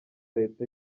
leta